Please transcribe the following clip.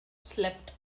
slept